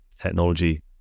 technology